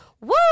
woo